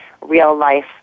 real-life